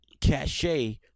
cachet